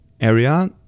area